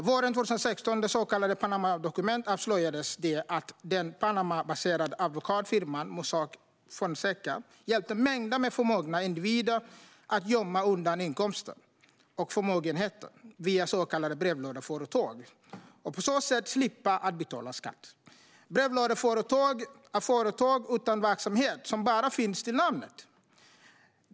Våren 2016 avslöjade de så kallade Panamadokumenten att den Panamabaserade advokatfirman Mossack Fonseca hade hjälpt mängder med förmögna individer att gömma undan inkomster och förmögenheter via så kallade brevlådeföretag. På så sätt hade dessa individer sluppit betala skatt. Brevlådeföretag är företag utan verksamhet. De finns bara till namnet.